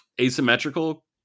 asymmetrical